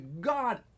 God